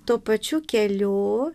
tuo pačiu keliu